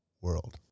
world